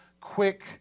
quick